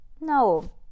No